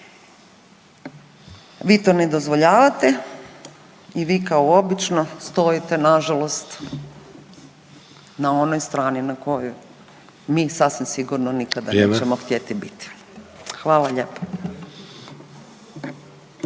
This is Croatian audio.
Vi to ne dozvoljavate i vi kao obično stojite na žalost na onoj strani na kojoj mi sasvim sigurno nećemo htjeti biti. **Sanader,